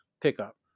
pickup